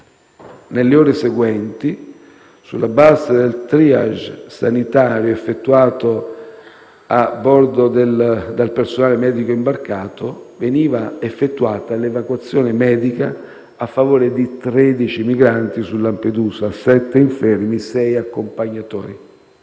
Nelle ore seguenti, sulla base del *triage* sanitario effettuato a bordo dal personale medico imbarcato, veniva effettuata l'evacuazione medica a favore di 13 migranti su Lampedusa: sette infermi e sei accompagnatori.